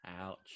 Ouch